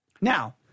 Now